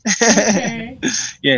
yes